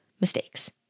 mistakes